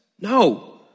No